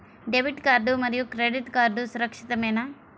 Debit card మరియు credit card సురక్షితమేనా?